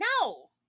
No